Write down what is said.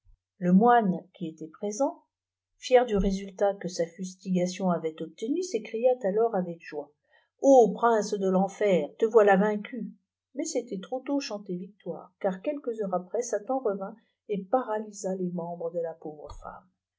le moine qui était présent fier du résultat que sa fustigation avait obtenu ç'éma alors âaçëyi jfô prince de l'enfer te voilà vaincu mais c était tro tôt cêanter victoire car quelques heures aprè sataû revint et pantlysa les membreis de la pauvre femme